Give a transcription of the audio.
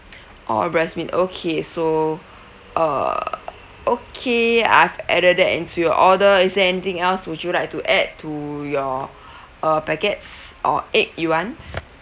all breast meat okay so err okay I've added that into your order is there anything else would you like to add to your uh packets or egg you want